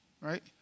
right